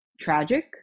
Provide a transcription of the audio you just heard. tragic